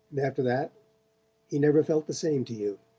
and after that he never felt the same to you.